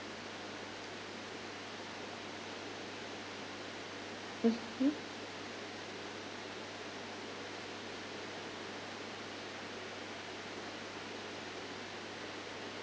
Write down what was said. mmhmm